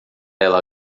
ela